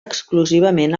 exclusivament